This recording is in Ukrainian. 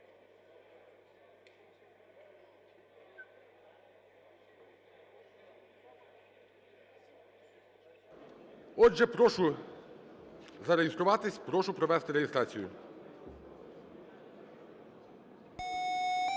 Отже, прошу зареєструватись. Прошу провести реєстрацію. 10:04:35